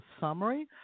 summary